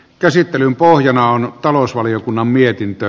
käsittelyn pohjana on talousvaliokunnan mietintö